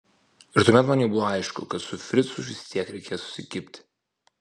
ir tuomet man jau buvo aišku kad su fricu vis tiek reikės susikibti